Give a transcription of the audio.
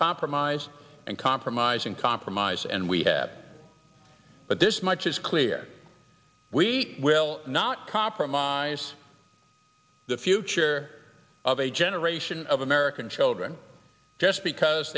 compromise and compromise in compromise and we have but this much is clear we will not compromise the future of a generation of american children just because